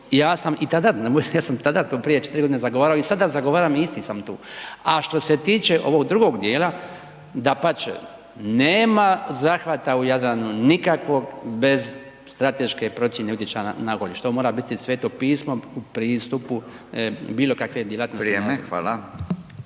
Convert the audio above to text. tu smo suglasni, to ja sam i tada to prije 4 godine zagovarao i sada zagovaram i isti sam tu. A što se tiče ovog drugog dijela, dapače nema zahvata u Jadranu nikakvog bez strateške procjene utjecaja na okoliš. To mora biti sveto pismo pri istupu bilo djelatnosti na